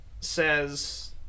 says